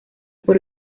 por